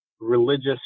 religious